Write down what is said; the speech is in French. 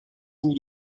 vous